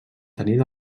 tenir